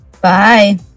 Bye